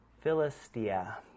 Philistia